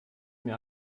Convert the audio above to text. mir